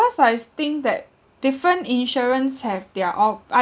I think that different insurance have their own I